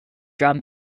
drum